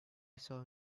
saw